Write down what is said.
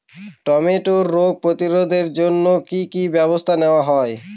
টমেটোর রোগ প্রতিরোধে জন্য কি কী ব্যবস্থা নেওয়া হয়?